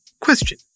Question